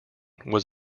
was